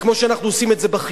וכמו שאנחנו עושים את זה בחינוך,